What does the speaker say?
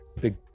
Big